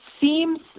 seems